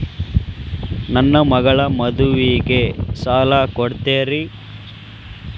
ನನ್ನ ಮಗಳ ಮದುವಿಗೆ ಸಾಲ ಕೊಡ್ತೇರಿ?